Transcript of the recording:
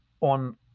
on